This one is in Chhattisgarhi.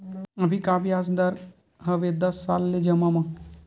अभी का ब्याज दर हवे दस साल ले जमा मा?